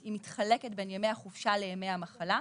היא נחלקת בין ימי החופשה לימי המחלה,